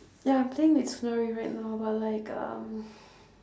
ya I'm playing mitsunari right now but like um